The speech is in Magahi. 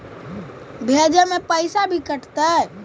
भेजे में पैसा भी कटतै?